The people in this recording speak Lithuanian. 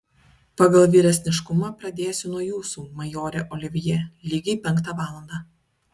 pagal vyresniškumą pradėsiu nuo jūsų majore olivjė lygiai penktą valandą